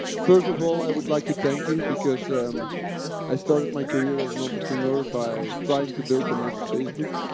first of all, i would like to thank you because um i started my career as an entrepreneur by trying to build the next facebook.